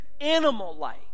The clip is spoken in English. animal-like